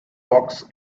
box